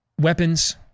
weapons